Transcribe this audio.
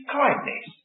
kindness